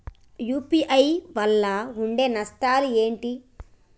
UPI వల్ల ఉండే నష్టాలు ఏంటి??